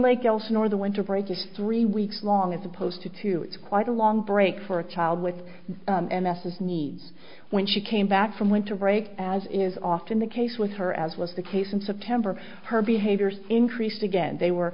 lake elsinore the winter break just three weeks long as opposed to two it's quite a long break for a child with an s s need when she came back from winter break as is often the case with her as was the case in september her behaviors increased again they were